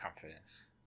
confidence